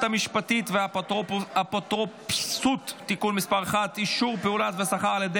המשפטית והאפוטרופסות (תיקון מס' 21) (אישור פעולות ושכר על ידי